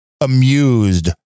amused